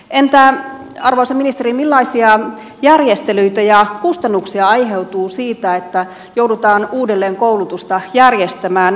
entä arvoisa ministeri millaisia järjestelyitä ja kustannuksia aiheutuu siitä että joudutaan uudelleenkoulutusta järjestämään